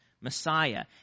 Messiah